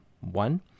one